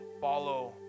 follow